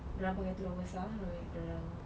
dia orang pakai tudung besar dia orang